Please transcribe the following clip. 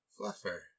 Fluffer